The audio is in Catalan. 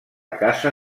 caça